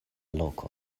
loko